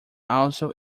also